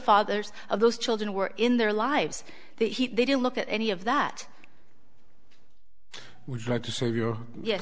fathers of those children were in their lives that he didn't look at any of that